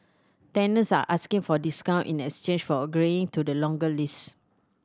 tenants are asking for discount in exchange for agreeing to the longer lease